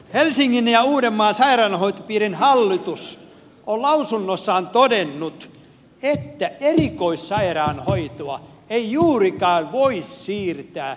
helsingin ja uudenmaan sairaanhoitopiirin hallitus on lausunnossaan todennut että erikoissairaanhoitoa ei juurikaan voi siirtää peruskuntiin